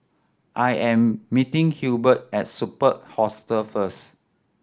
I am meeting Hebert at Superb Hostel first